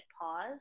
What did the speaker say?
pause